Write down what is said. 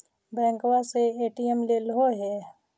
बैंकवा से ए.टी.एम लेलहो है?